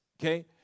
okay